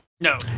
No